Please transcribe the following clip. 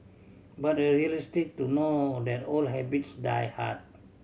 but are realistic to know that old habits die hard